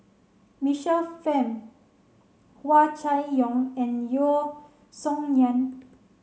Michael Fam Hua Chai Yong and Yeo Song Nian